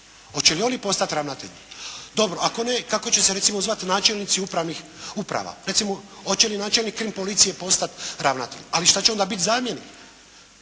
Hoće li oni postati ravnatelji? Dobro ako ne, kako će se recimo zvati načelnici upravnih uprava? Recimo hoće li načelnik KRIM-policije postati ravnatelj? Ali šta će onda biti zamjenik?